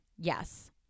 yes